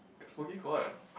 smokey quarts